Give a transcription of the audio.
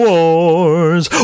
Wars